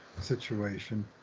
situation